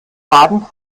baden